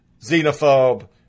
xenophobe